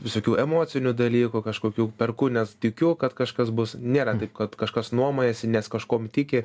visokių emocinių dalykų kažkokių perku nes tikiu kad kažkas bus nėra taip kad kažkas nuomojasi nes kažkuom tiki